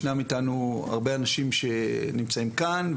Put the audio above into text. ישנם איתנו הרבה אנשים שנמצאים כאן,